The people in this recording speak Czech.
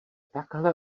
takhle